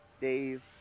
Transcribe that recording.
dave